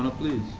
ah please?